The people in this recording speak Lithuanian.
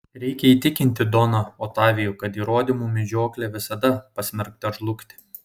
reikia įtikinti doną otavijų kad įrodymų medžioklė visada pasmerkta žlugti